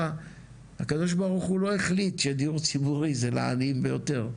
הקדוש ברוך הוא לא החליט שדיור ציבורי זה לעני ביותר.